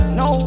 no